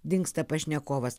dingsta pašnekovas